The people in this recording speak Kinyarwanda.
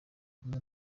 kumwe